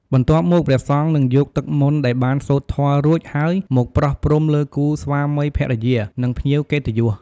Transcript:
បន្ទាប់មក ព្រះសង្ឃនឹងយកទឹកមន្តដែលបានសូត្រធម៌រួចហើយមកប្រោះព្រំលើគូស្វាមីភរិយា និងភ្ញៀវកិត្តិយស។